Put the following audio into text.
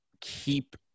keep